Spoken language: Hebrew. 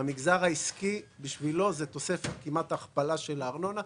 בשביל המגזר העסקי זו כמעט הכפלה של הארנונה,